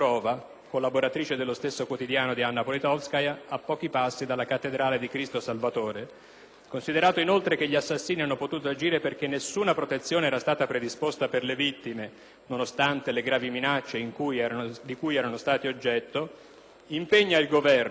collaboratrice dello stesso quotidiano di Anna Politkovskaja, a pochi passi dalla Cattedrale di Cristo Salvatore; considerato inoltre che gli assassini hanno potuto agire perché nessuna protezione era stata predisposta per le vittime, nonostante le gravi minacce di cui erano state oggetto; impegna il Governo: